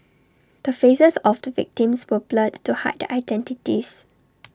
the faces of two victims were blurred to hide their identities